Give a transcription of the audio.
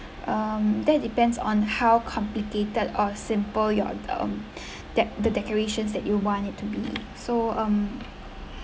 um that depends on how complicated or simple your um that the decorations that you want it to be so um